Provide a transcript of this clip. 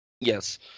Yes